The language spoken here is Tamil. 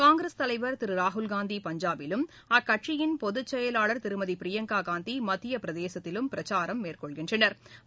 காங்கிரஸ் தலைவா் திரு ராகுல்காந்தி பஞ்சாபிலும் அக்கட்சியின் பொதுச்செயலாளா் திருமதி பிரியங்கா காந்தி மத்திய பிரதேசத்திலும் பிரச்சாரம் மேற்கொள்கின்றனா்